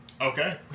Okay